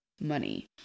money